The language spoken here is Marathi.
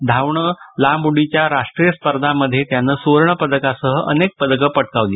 धावणं लांब उडीच्या राष्ट्रीय स्पर्धांमध्ये त्यानं सुवर्ण पदकासह अनेक पदकही पटकावली